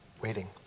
waiting